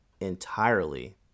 entirely